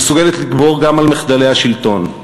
המסוגלת לגבור גם על מחדלי השלטון.